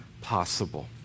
possible